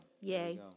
Yay